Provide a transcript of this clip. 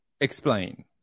Explain